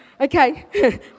okay